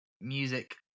music